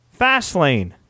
Fastlane